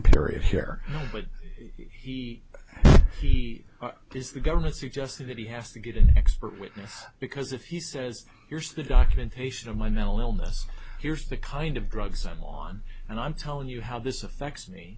period here but he he is the government suggesting that he has to get an expert witness because if he says here's the documentation of my mental illness here's the kind of drugs i'm on and i'm telling you how this affects me